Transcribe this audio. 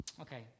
Okay